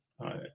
right